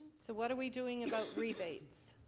so what are we doing about rebates?